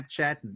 Snapchat